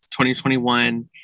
2021